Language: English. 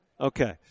Okay